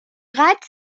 gats